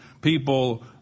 people